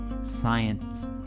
science